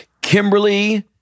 Kimberly